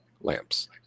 lamps